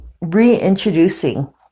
reintroducing